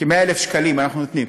כי 100,000 שקלים אנחנו נותנים.